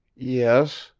yes,